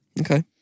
okay